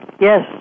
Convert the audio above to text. Yes